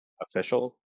official